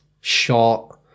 short